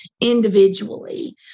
individually